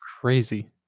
crazy